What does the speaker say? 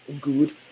good